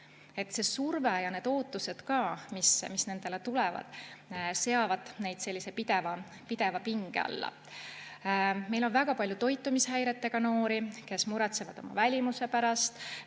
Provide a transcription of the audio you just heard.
See surve ja need ootused, mis nendele tulevad, seavad nad sellise pideva pinge alla. Meil on väga palju toitumishäiretega noori, kes muretsevad oma välimuse pärast,